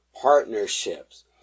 partnerships